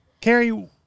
Carrie